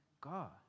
God